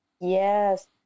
Yes